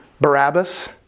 Barabbas